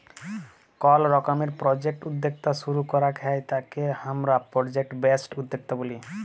call রকমের project উদ্যক্তা শুরু করাক হ্যয় তাকে হামরা প্রজেক্ট বেসড উদ্যক্তা ব্যলি